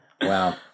Wow